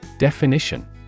Definition